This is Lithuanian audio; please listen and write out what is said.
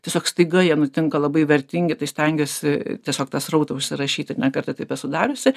tiesiog staiga jie nutinka labai vertingi tai stengiuosi tiesiog tą srautą užsirašyti ir ne kartą taip esu dariusi